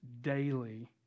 daily